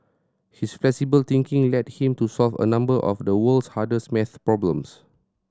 his flexible thinking led him to solve a number of the world's hardest math problems